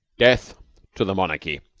death to the monarchy,